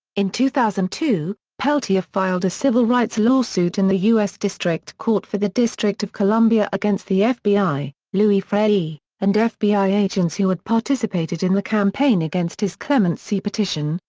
in two thousand and two, peltier filed a civil rights lawsuit in the u s. district court for the district of columbia against the fbi, louis freeh, and fbi agents who had participated in the campaign against his clemency petition,